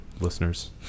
listeners